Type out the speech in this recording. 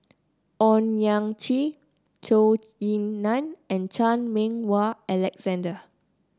Owyang Chi Zhou Ying Nan and Chan Meng Wah Alexander